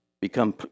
become